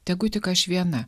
tegu tik aš viena